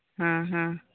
ᱦᱮᱸ ᱦᱮᱸ